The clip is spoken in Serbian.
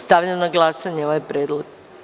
Stavljam na glasanje ovaj predlog.